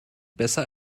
besser